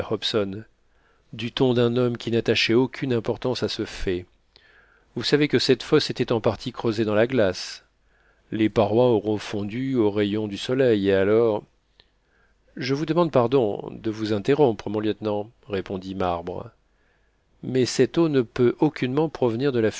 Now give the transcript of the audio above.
hobson du ton d'un homme qui n'attachait aucune importance à ce fait vous savez que cette fosse était en partie creusée dans la glace les parois auront fondu aux rayons du soleil et alors je vous demande pardon de vous interrompre mon lieutenant répondit marbre mais cette eau ne peut aucunement provenir de la